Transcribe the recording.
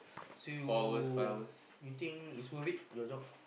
so you you think it's worth it your job